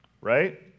right